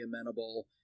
amenable